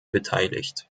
beteiligt